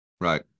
right